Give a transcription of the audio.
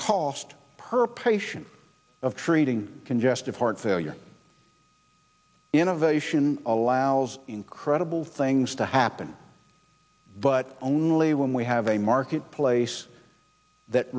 cost per patient of treating congestive heart failure innovation allows incredible things to happen but only when we have a marketplace that